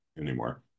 anymore